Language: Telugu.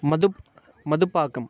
మధు మధుపాకం